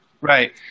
Right